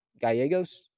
Gallegos